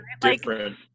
different